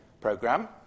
program